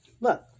Look